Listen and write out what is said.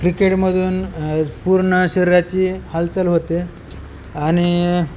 क्रिकेटमधून पूर्ण शरीराची हालचाल होते आणि